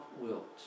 wilt